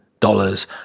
dollars